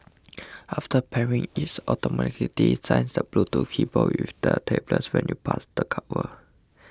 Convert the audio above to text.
after pairing it automatically syncs the Bluetooth keyboard with the tablet when you pass the cover